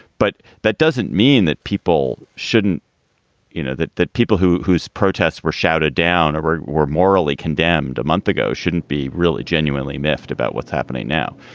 but that doesn't mean that people shouldn't you know, that that people who whose protests were shouted down or were morally condemned a month ago shouldn't be really genuinely miffed about what's happening now.